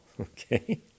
okay